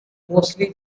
mostly